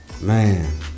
Man